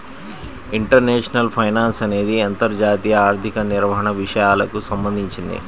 international finance అనేది అంతర్జాతీయ ఆర్థిక నిర్వహణ విషయాలకు సంబంధించింది